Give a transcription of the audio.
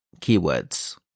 keywords